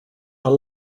are